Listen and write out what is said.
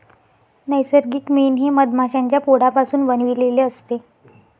नैसर्गिक मेण हे मधमाश्यांच्या पोळापासून बनविलेले असते